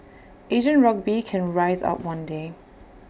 Asian rugby can rise up one day